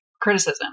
criticism